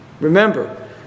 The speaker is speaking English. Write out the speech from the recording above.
remember